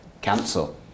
cancel